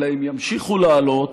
אלא הם ימשיכו לעלות,